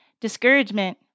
Discouragement